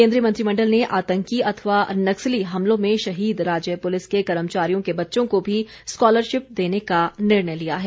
केन्द्रीय मंत्रिमण्डल ने आतंकी अथवा नक्सली हमलों में शहीद राज्य पुलिस के कर्मचारियों के बच्चों को भी स्कॉलरशिप देने का निर्णय लिया है